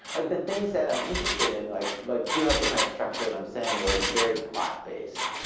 like the things that i'm interested in like like do have the kind of structure that i'm saying, where it's very plot based.